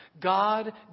God